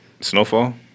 Snowfall